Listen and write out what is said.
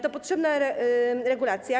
To potrzebna regulacja.